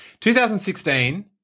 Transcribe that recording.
2016